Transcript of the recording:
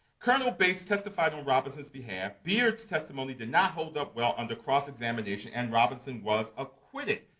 colonel bates testified on robinson's behalf, beard's testimony did not hold up well under cross-examination and robinson was acquitted.